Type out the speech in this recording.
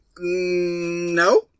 no